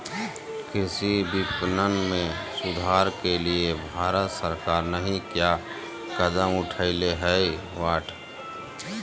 कृषि विपणन में सुधार के लिए भारत सरकार नहीं क्या कदम उठैले हैय?